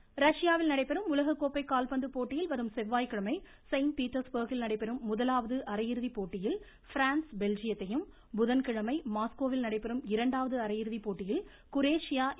கால்பந்து ரஷ்யாவில் நடைபெறும் உலகக் கோப்பை கால்பந்து போட்டியில் வரும் செவ்வாய்கிழமை செயின்ட்பீட்டர்ஸ்பர்க்கில் நடைபெறும் முதலாவது அரையிறுதி போட்டியில் பிரான்ஸ் பெல்ஜியத்தையும் புதன்கிழமை மாஸ்கோவில் நடைபெறும் இரண்டாவது அரையிறுதிப் போட்டியில் குரேஷியா இங்கிலாந்தையும் எதிர்கொள்கின்றன